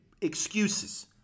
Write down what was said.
excuses